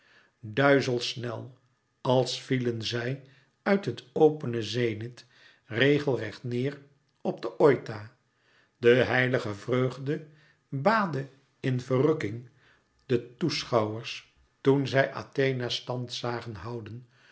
duizelsnel als vielen zij uit het opene zenith regelrecht neêr op den oita de heilige vreugde baadde in verrukking de toeschouwers toen zij athena stand zagen houden